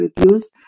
reviews